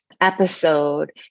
episode